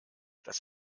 das